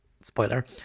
spoiler